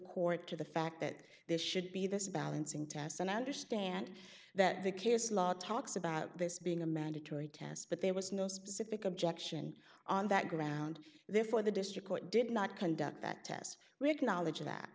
court to the fact that this should be this balancing test and i understand that the case law talks about this being a mandatory test but there was no specific objection on that ground therefore the district court did not conduct that test rig knowledge of that